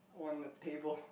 on the table